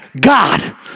God